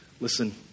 Listen